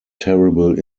terrible